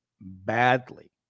badly